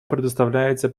предоставляется